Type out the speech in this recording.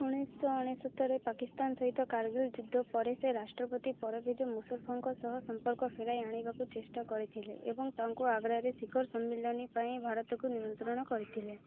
ଉଣେଇଶହ ଉଣେଇଶ ଅନେଶ୍ୱତରେ ପାକିସ୍ତାନ ସହିତ କାରଗିଲ୍ ଯୁଦ୍ଧ ପରେ ସେ ରାଷ୍ଟ୍ରପତି ପରଭେଜ ମୁଶରଫଙ୍କ ସହ ସମ୍ପର୍କ ଫେରାଇ ଆଣିବାକୁ ଚେଷ୍ଟା କରିଥିଲେ ଏବଂ ତାଙ୍କୁ ଆଗ୍ରାରେ ଶିଖର ସମ୍ମିଳନୀ ପାଇଁ ଭାରତକୁ ନିମନ୍ତ୍ରଣ କରିଥିଲେ